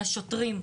לשוטרים.